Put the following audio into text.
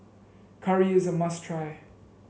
curry is a must try